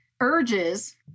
urges